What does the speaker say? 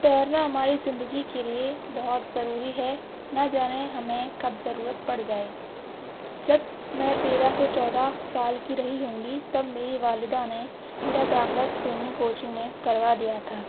تیرنا ہماری زندگی کے لیے بہت ضروری ہے نہ جانے ہمیں کب ضرورت پڑ جائے جب میں تیرہ سے چودہ سال کی رہی ہوں گی تب میری والدہ نے میرا داخلہ سوئیمنگ کوچنگ میں کروا دیا تھا